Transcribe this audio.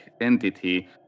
entity